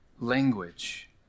language